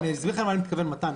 אסביר לך למה אני מתכוון, מתן.